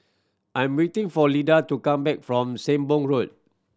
I'm waiting for Lida to come back from Sembong Road